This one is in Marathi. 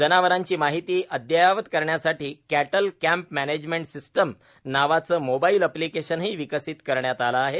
जनावरांची माहिती अद्ययावत करण्यासाठी कॅटल कॅम्प मॅनेजमेंट सिस्टीम नावाचं मोबाईल एप्लीकेशन ही विकसित करण्यात आलं आहे